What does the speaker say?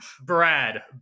Brad